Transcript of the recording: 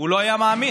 הוא לא היה מאמין.